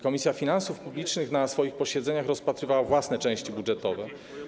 Komisja Finansów Publicznych na swoich posiedzeniach rozpatrywała własne części budżetowe.